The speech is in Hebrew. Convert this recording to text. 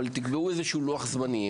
אבל תקבעו לוח-זמנים,